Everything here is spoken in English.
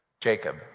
Jacob